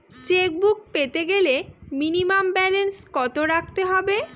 Chequebook পেতে গেলে minimum balance কত রাখতে হবে?